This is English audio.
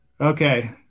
Okay